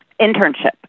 internship